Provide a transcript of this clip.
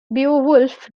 beowulf